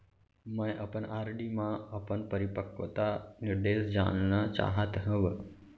मै अपन आर.डी मा अपन परिपक्वता निर्देश जानना चाहात हव